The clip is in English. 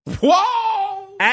Whoa